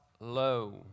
low